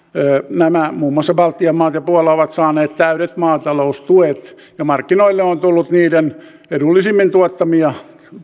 muun muassa baltian maat ja puola ovat saaneet täydet maataloustuet ja markkinoille on tullut niiden edullisemmin tuottamia